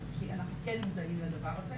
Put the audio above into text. כי אנחנו כן מודעים לדבר הזה,